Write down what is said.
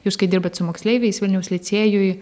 jūs kai dirbat su moksleiviais vilniaus licėjuj